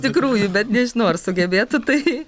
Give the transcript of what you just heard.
tikrųjų bet nežinau ar sugebėtų tai